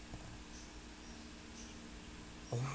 oh